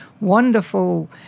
wonderful